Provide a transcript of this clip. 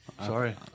Sorry